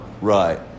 right